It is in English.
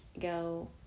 go